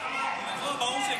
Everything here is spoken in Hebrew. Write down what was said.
ברור שכן.